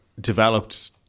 developed